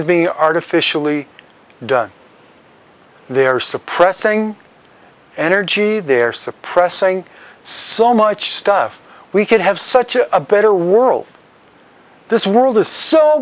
is being artificially they are suppressing energy they're suppressing so much stuff we could have such a better world this world is so